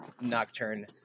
Nocturne